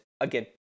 again